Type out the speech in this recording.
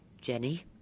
Jenny